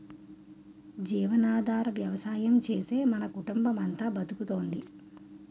జీవనాధార వ్యవసాయం చేసే మన కుటుంబమంతా బతుకుతోంది